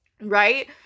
right